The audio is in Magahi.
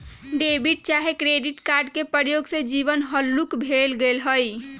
डेबिट चाहे क्रेडिट कार्ड के प्रयोग से जीवन हल्लुक भें गेल हइ